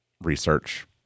research